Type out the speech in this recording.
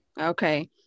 Okay